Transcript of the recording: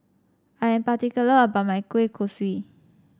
I am particular about my Kueh Kosui